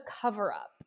cover-up